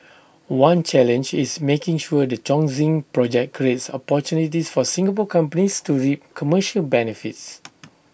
one challenge is making sure the Chongqing project creates opportunities for Singapore companies to reap commercial benefits